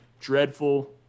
dreadful